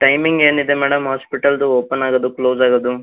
timing ಏನಿದೆ madam ಹಾಸ್ಪಿಟಲ್ದು open ಆಗೋದು ಕ್ಲೋಸ್ ಆಗೋದು